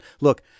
Look